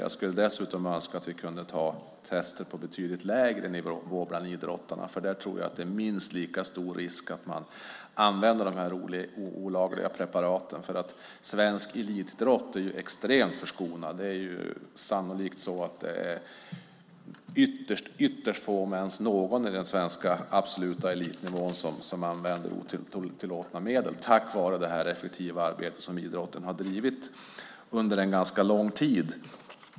Jag skulle dessutom önska att vi kunde ta tester på betydligt lägre nivå bland idrottarna, för där tror jag att det är minst lika stor risk att man använder de olagliga preparaten. Svensk elitidrott är extremt förskonad. Det är sannolikt så att det är ytterst få, om ens någon, på den svenska absoluta elitnivån som använder otillåtna medel, tack vare det effektiva arbete som idrotten har bedrivit under en ganska lång tid.